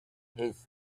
his